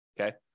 Okay